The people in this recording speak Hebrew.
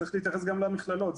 צריך להתייחס גם למכללות,